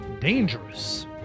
dangerous